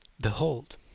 Behold